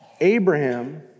Abraham